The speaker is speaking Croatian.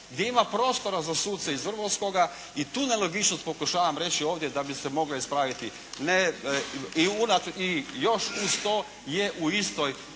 gdje ima prostora za suce iz Vrbovskoga i tu nelogičnost pokušavam reći ovdje da bi se mogla ispraviti. I još uz to je u istoj